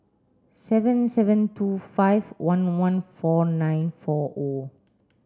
seven seven two five one one four nine four O